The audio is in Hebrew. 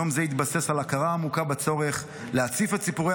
יום זה התבסס על ההכרה העמוקה בצורך להציף את סיפורי